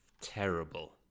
terrible